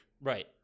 Right